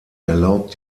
erlaubt